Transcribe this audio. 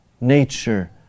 nature